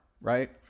right